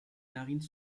narines